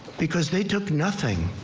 because they took nothing.